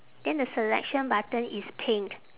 then the selection button is pink